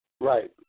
Right